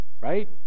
Right